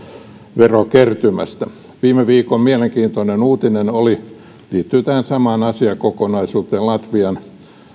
verokertymästä viime viikon mielenkiintoinen uutinen liittyen tähän samaan asiakokonaisuuteen oli latvian